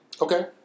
Okay